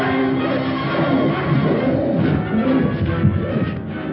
i don't know